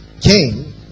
Cain